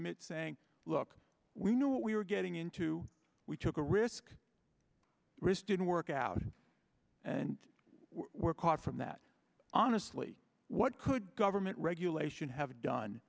meet saying look we knew what we were getting into we took a risk risk didn't work out and we're caught from that honestly what could government regulation have done